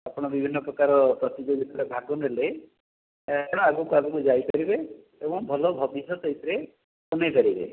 ଆପଣ ବିଭିନ୍ନପ୍ରକାର ପ୍ରତିଯୋଗିତାରେ ଭାଗ ନେଲେ ଏହା ଦ୍ଵାରା ଆଗକୁ ଆଗକୁ ଯାଇପାରିବେ ଏବଂ ଭଲ ଭବିଷ୍ୟତ ଏଥିରେ କମେଇପାରିବେ